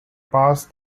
past